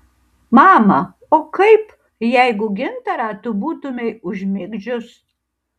mama o kaip jeigu gintarą tu būtumei užmigdžius